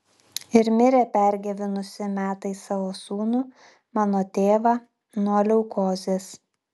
ir mirė pergyvenusi metais savo sūnų mano tėvą nuo leukozės